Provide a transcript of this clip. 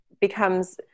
becomes